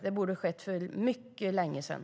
Det borde ha skett för mycket länge sedan.